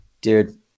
Dude